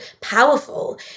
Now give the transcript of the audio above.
powerful